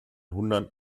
hundert